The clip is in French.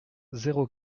zéro